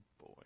boy